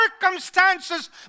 circumstances